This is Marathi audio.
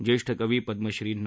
ज्येष्ठ कवी पद्मश्री ना